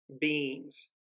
beings